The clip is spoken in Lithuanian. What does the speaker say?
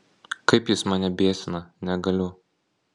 kaip jis mane biesina negaliu